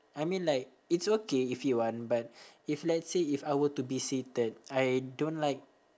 I mean like it's okay if you want but if let's say if I were to be seated I don't like